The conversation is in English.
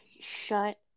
Shut